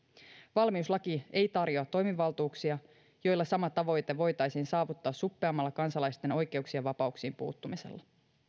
valmiuslaki ei tarjoa toimivaltuuksia joilla sama tavoite voitaisiin saavuttaa suppeammalla kansalaisten oikeuksiin ja vapauksiin puuttumisella